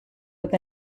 with